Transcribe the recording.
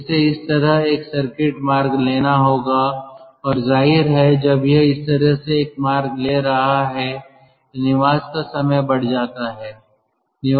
तो इसे इस तरह एक सर्किट मार्ग लेना होगा और जाहिर है जब यह इस तरह से एक मार्ग ले रहा है तो निवास का समय बढ़ जाता है